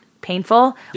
painful